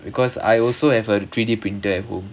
because I also have a three D printer at home